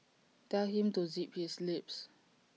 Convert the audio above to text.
tell him to zip his lip